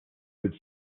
would